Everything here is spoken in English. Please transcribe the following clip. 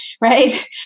Right